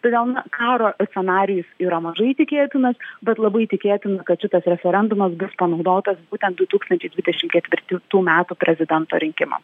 todėl na karo scenarijus yra mažai tikėtinas bet labai tikėtina kad šitas referendumas bus panaudotas būtent du tūkstančiai dvidešimt ketvirtų metų prezidento rinkimams